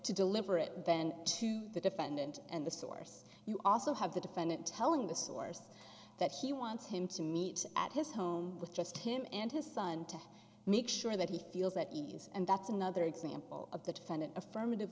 to deliberate then to the defendant and the source you also have the defendant telling the source that she wants him to meet at his home with just him and his son to make sure that he feels that use and that's another example of the defendant affirmative